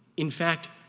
in fact,